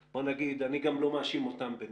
אני גם לא מאשים אותם בנמב"י,